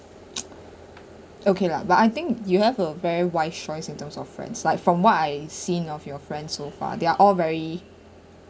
okay lah but I think you have a very wise choice in terms of friends like from what I've seen of your friend so far they're all very